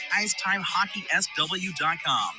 icetimehockeysw.com